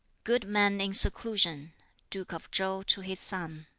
good men in seclusion duke of chow to his son